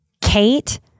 Kate